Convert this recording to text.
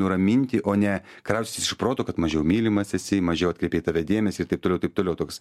nuraminti o ne kraustytis iš proto kad mažiau mylimas esi mažiau atkreipė į tave dėmesį ir taip toliau ir taip toliau toks